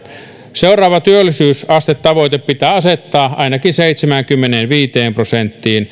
seuraava työllisyysastetavoite pitää asettaa ainakin seitsemäänkymmeneenviiteen prosenttiin